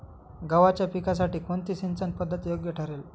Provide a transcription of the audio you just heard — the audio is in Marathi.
गव्हाच्या पिकासाठी कोणती सिंचन पद्धत योग्य ठरेल?